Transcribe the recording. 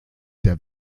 der